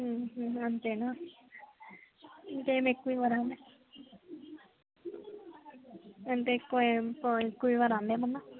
అంతేనా ఇంకేమి ఎక్కువ ఇవ్వరా అండి అంటే ఎక్కువ ఎక్కువ ఇవ్వరా ఏమన్నా